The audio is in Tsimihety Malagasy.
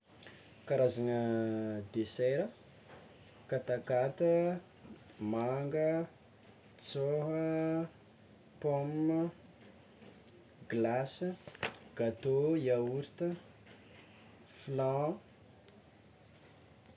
Karazagna desera: katakata, manga, tsôha, pomme, glace, gatô, yaorta, flan.